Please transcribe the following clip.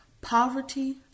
Poverty